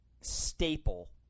staple